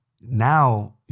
now